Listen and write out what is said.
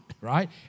Right